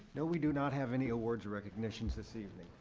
no, we do not have any awards or recognitions this evening.